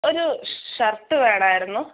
ഒരു ഷർട്ട് വേണമായിരുന്നു